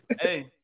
Hey